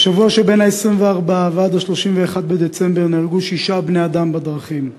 בשבוע שבין 24 ו-31 בדצמבר נהרגו שישה בני-אדם בדרכים.